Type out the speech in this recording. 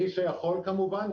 מי שיכול כמובן,